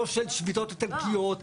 לא של שביתות איטלקיות,